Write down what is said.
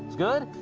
good?